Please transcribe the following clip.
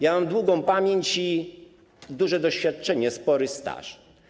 Ja mam długą pamięć i duże doświadczenie, spory staż.